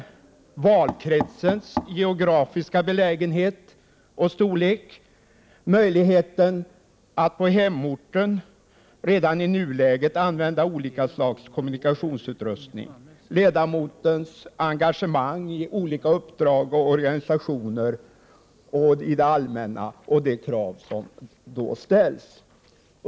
1988/89:127 belägenhet och storlek, möjligheten att på hemorten redan i nuläget använda olika slags kommunikationsutrustning samt ledamotens engagemang i olika uppdrag inom organisationer och för det allmänna och de krav som då ställs.